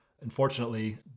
Unfortunately